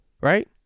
right